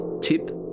tip